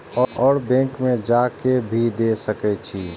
और बैंक में जा के भी दे सके छी?